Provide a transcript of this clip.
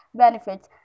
benefits